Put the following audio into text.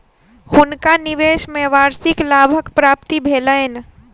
हुनका निवेश में वार्षिक लाभक प्राप्ति भेलैन